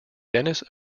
dennis